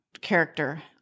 character